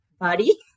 body